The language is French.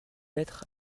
lettre